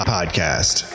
Podcast